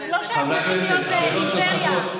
זה לא שהולכת להיות אימפריה,